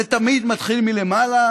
זה תמיד מתחיל מלמעלה